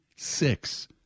Six